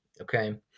Okay